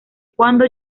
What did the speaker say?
cuando